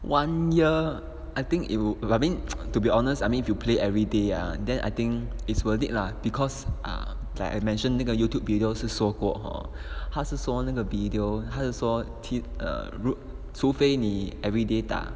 one year I think it'll I mean to be honest I mean if you play everyday ah then I think it's worth it lah because like I mentioned 那个 Youtube videos 说过 hor 他是说 video 还是说 tit~ um 如除非你 everyday 打